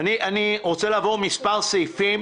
אני רוצה לעבור על כמה סעיפים,